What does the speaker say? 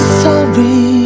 sorry